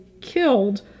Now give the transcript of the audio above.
killed